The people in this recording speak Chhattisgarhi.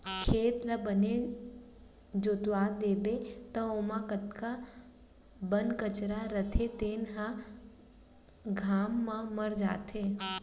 खेत ल बने जोतवा देबे त ओमा जतका बन कचरा रथे तेन ह घाम म मर जाथे